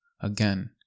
again